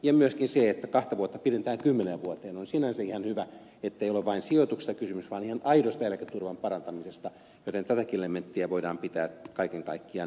ja myöskin se että kahta vuotta pidennetään kymmeneen vuoteen on sinänsä ihan hyvä ettei ole vain sijoituksista kysymys vaan ihan aidosta eläketurvan parantamisesta joten tätäkin elementtiä voidaan pitää kaiken kaikkiaan myönteisenä